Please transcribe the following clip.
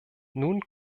nun